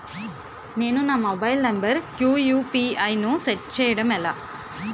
నేను నా mobile number కుయు.పి.ఐ ను సెట్ చేయడం ఎలా?